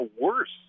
worse